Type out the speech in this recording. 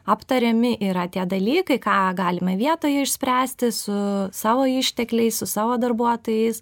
aptariami yra tie dalykai ką galime vietoje išspręsti su savo ištekliais su savo darbuotojais